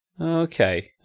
okay